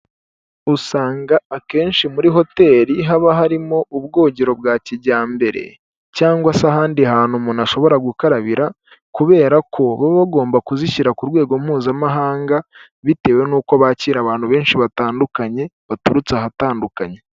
Usanga akenshi muri hoteli haba harimo ubwogero bwa kijyambere, cyangwa se ahandi hantu umuntu ashobora gukarabira kubera ko baba bagomba kuzishyira ku rwego mpuzamahanga bitewe n'uko bakira abantu benshi batandukanye baturutse ahatandukanye.